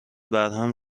وبرهم